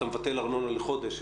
אתה מבטל ארנונה לחודש,